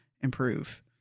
improve